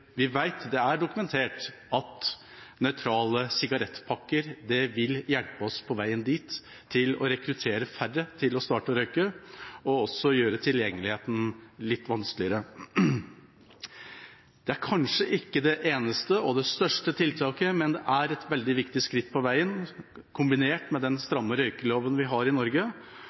det er dokumentert at nøytrale sigarettpakker vil hjelpe oss på veien dit, til at færre starter å røyke og også til å gjøre tilgjengeligheten litt vanskeligere. Det er kanskje ikke det eneste og det største tiltaket, men det er et veldig viktig skritt på veien, kombinert med den stramme røykeloven vi har i Norge.